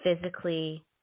physically